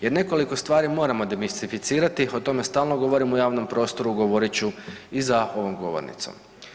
Jer nekoliko stvari moramo demistificirati, o tome stalno govorimo u javnom prostoru, govorit ću i za ovom govornicom.